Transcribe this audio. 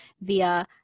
via